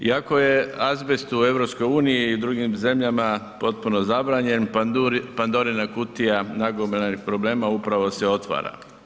Iako je azbest u EU i drugim zemljama potpuno zabranjen, Pandorina kutija nagomilanih problema upravo se otvara.